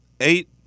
Eight